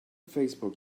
facebook